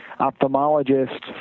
ophthalmologist